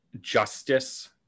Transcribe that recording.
justice